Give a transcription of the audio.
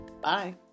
Bye